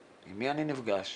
עם מי אני נפגש,